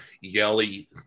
Yelly